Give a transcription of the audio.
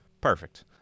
Perfect